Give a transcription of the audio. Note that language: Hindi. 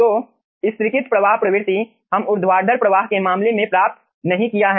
तो स्तरीकृत प्रवाह प्रवृत्ति हम ऊर्ध्वाधर प्रवाह के मामले में प्राप्त नहीं किया है